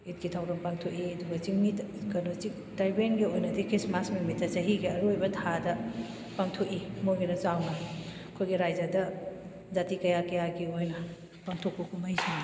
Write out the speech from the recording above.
ꯏꯗꯀꯤ ꯊꯧꯔꯝ ꯄꯥꯡꯊꯣꯛꯏ ꯑꯗꯨꯒ ꯆꯤꯡꯃꯤꯗ ꯀꯩꯅꯣ ꯇ꯭ꯔꯥꯏꯕꯦꯜꯒꯤ ꯑꯣꯏꯅꯗꯤ ꯈ꯭ꯔꯤꯁꯃꯥꯁ ꯅꯨꯃꯤꯠꯇ ꯆꯍꯤꯒꯤ ꯑꯔꯣꯏꯕ ꯊꯥꯗ ꯄꯥꯡꯊꯣꯛꯏ ꯃꯣꯏꯒꯤꯅ ꯆꯥꯎꯅ ꯑꯩꯈꯣꯏꯒꯤ ꯔꯥꯏꯖꯗ ꯖꯥꯇꯤ ꯀꯌꯥ ꯀꯌꯥꯒꯤ ꯑꯣꯏꯅ ꯄꯥꯡꯊꯣꯛꯄ ꯀꯨꯝꯍꯩꯁꯤꯡꯅꯤ